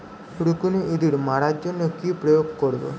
রুকুনি ইঁদুর মারার জন্য কি করে প্রয়োগ করব?